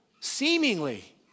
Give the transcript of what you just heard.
seemingly